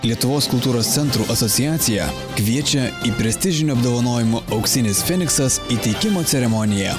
lietuvos kultūros centrų asociacija kviečia į prestižinių apdovanojimų auksinis feniksas įteikimo ceremoniją